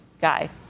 Guy